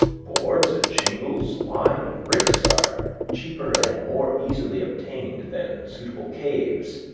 boards and shingles, lime and bricks, are cheaper and more easily obtained than suitable caves,